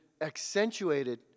accentuated